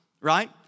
right